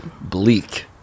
Bleak